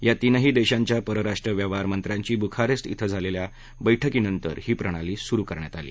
या तीनही देशांच्या परराष्ट्र व्यवहार मंत्र्यांची बुखारेस्ट इथं झालेल्या बैठकीनंतर ही प्रणाली सुरु करण्यात आली